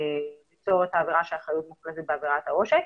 ליצור את העבירה של אחריות מוחלטת בעבירת העושק.